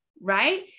right